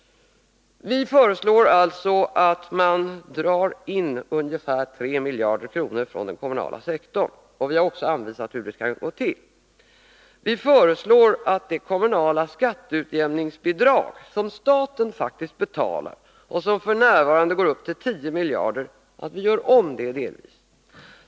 Vi föreslår således att man drar in ungefär 3 miljarder kronor från den kommunala sektorn. Vi har också anvisat hur detta skall gå till. Vi föreslår att det kommunala skatteutjämningsbidraget — som staten betalar och som f. n. uppgår till 10 miljarder kronor — delvis görs om.